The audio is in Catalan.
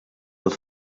als